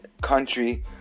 country